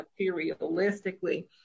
materialistically